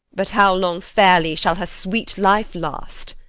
but how long fairly shall her sweet life last?